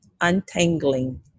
untangling